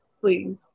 please